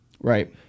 Right